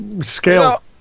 scale